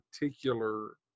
particular